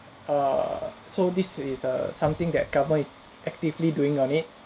err so this is err something that government is actively doing on it